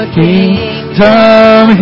kingdom